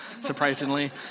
surprisingly